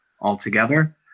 Altogether